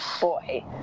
boy